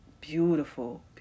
Beautiful